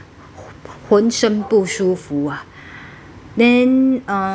浑身不舒服啊 then uh